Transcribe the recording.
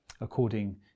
According